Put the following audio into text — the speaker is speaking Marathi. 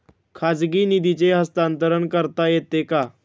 खाजगी निधीचे हस्तांतरण करता येते का?